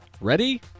Ready